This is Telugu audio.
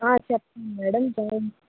చెప్పండి మ్యాడం